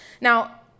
Now